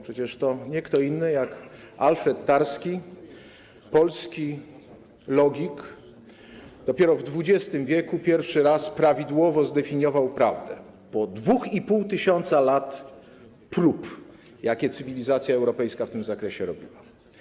Przecież to nie kto inny jak Alfred Tarski, polski logik, dopiero w XX w. pierwszy raz prawidłowo zdefiniował prawdę, po 2,5 tys. lat prób, jakie cywilizacja europejska w tym zakresie robiła.